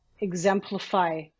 exemplify